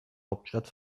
hauptstadt